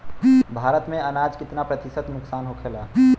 भारत में अनाज कितना प्रतिशत नुकसान होखेला?